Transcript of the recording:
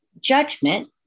judgment